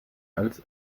als